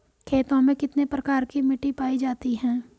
खेतों में कितने प्रकार की मिटी पायी जाती हैं?